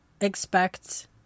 expect